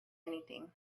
anything